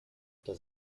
does